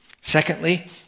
Secondly